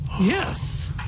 Yes